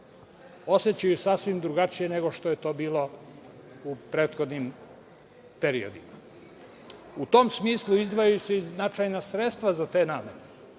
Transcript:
osećaju sasvim drugačije nego što je to bilo u prethodnim periodima. U tom smislu izdvajaju se i značajna sredstva za te namene.